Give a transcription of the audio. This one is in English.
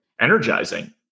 energizing